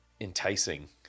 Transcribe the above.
enticing